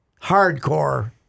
hardcore